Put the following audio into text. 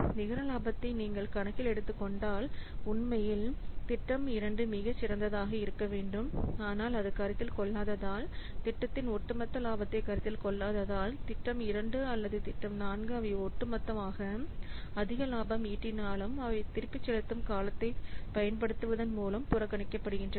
நிகர லாபத்தை நீங்கள் கணக்கில் எடுத்துக் கொண்டால் உண்மையில் திட்டம் 2 மிகச் சிறந்ததாக இருக்க வேண்டும் ஆனால் அது கருத்தில் கொள்ளாததால் திட்டத்தின் ஒட்டுமொத்த இலாபத்தை கருத்தில் கொள்ளாததால் திட்டம் 2 அல்லது திட்டம் 4 அவை ஒட்டுமொத்தமாக அதிக லாபம் ஈட்டினாலும் அவை திருப்பிச் செலுத்தும் காலத்தைப் பயன்படுத்துவதன் மூலம் புறக்கணிக்கப்படுகின்றன